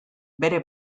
bere